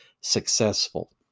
successful